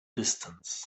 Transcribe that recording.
distance